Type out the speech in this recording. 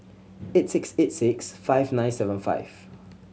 eight six eight six five nine seven five